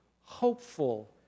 hopeful